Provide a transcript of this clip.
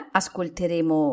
ascolteremo